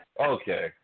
Okay